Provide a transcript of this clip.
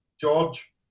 George